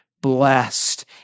blessed